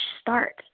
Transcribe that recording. start